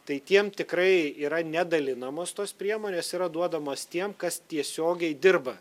tai tiem tikrai yra nedalinamos tos priemonės yra duodamos tiem kas tiesiogiai dirba